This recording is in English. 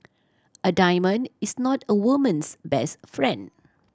a diamond is not a woman's best friend